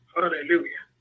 Hallelujah